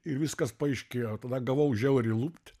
ir viskas paaiškėjo tada gavau žiauriai lupt